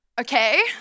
okay